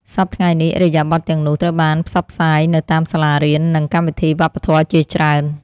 សព្វថ្ងៃនេះ ឥរិយាបថទាំងនោះត្រូវបានផ្សព្វផ្សាយនៅតាមសាលារៀន និងកម្មវិធីវប្បធម៌ជាច្រើន។